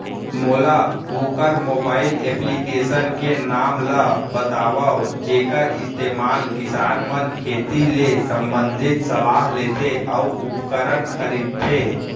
मोला वोकर mobile application के नाम ल बतावव जेखर इस्तेमाल किसान मन खेती ले संबंधित सलाह लेथे अऊ उपकरण खरीदथे?